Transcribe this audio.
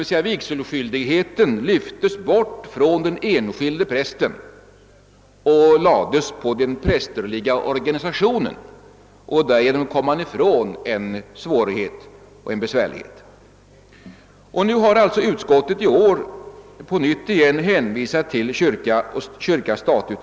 Vigselskyldigheten lyftes då bort från den enskilde prästen och lades på den prästerliga organisatio nen, och därigenom kom man ifrån en svårighet. Nu har alltså utskottet i år på nytt hänvisat till utredningen kyrka— stat.